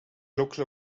local